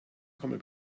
kommen